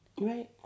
Right